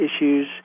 issues